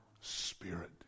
spirit